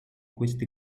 queste